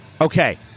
Okay